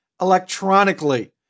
electronically